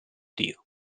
dio